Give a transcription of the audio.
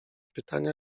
pytania